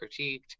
critiqued